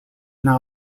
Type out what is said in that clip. now